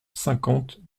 cinquante